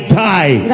die